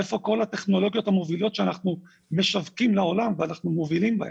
איפה כל הטכנולוגיות המובילות שאנחנו משווקים לעולם ואנחנו מובילים בהם?